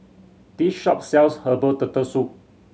this shop sells herbal Turtle Soup